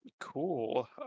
Cool